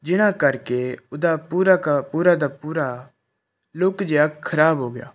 ਜਿਨ੍ਹਾਂ ਕਰਕੇ ਉਹਦਾ ਪੂਰਾ ਕਾ ਪੂਰਾ ਦਾ ਪੂਰਾ ਲੁਕ ਜਿਹਾ ਖ਼ਰਾਬ ਹੋ ਗਿਆ